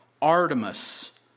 Artemis